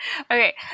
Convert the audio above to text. okay